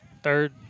third